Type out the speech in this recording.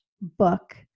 book